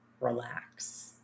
relax